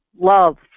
love